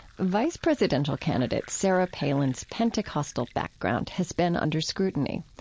vice presidential candidate sarah palin's pentecostal background has been under scrutiny.